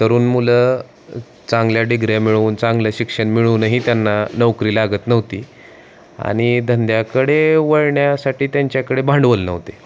तरुण मुलं चांगल्या डिग्र्या मिळवून चांगलं शिक्षण मिळूनही त्यांना नोकरी लागत नव्हती आणि धंद्याकडे वळण्यासाठी त्यांच्याकडे भांडवल नव्हते